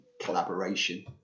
collaboration